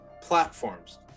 platforms